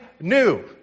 new